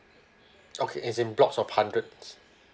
okay as in blocks of hundreds